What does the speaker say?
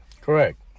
correct